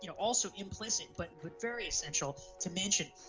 you know also implicit, but but very essential to mention,